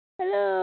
Hello